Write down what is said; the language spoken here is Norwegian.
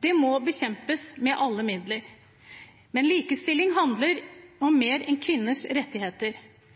Dette må bekjempes med alle midler. Likestilling handler om